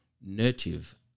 native